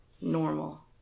normal